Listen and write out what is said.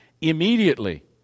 Immediately